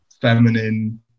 feminine